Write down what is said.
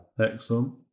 Excellent